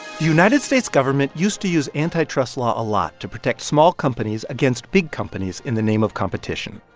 united states government used to use antitrust law a lot to protect small companies against big companies in the name of competition.